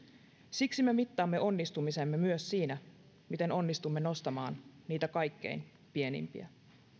siksi me mittaamme onnistumisemme myös siinä miten onnistumme nostamaan niitä kaikkein pienimpiä